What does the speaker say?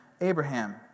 Abraham